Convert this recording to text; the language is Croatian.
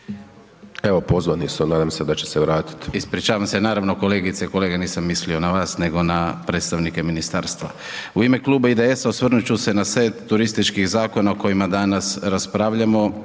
Evo pozvani su, nadam se da će se vratiti/… Ispričavam naravno kolegice i kolegice, nisam mislio na vas nego na predstavnike ministarstva. U ime kluba IDS-a osvrnut ću se na set turističkih zakona o kojima danas raspravljamo